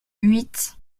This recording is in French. huit